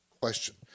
question